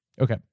Okay